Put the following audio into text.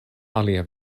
alia